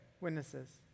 Witnesses